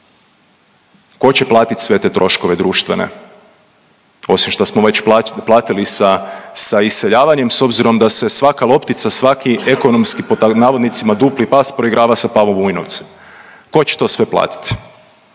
Ko će platit sve te troškove društvene osim što smo već platili sa iseljavanjem, s obzirom da se svaka loptica svaki ekonomski „dupli pas“ proigrava sa Pavom Vujnovcem. Ko će to sve platit?